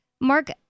Mark